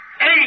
Eight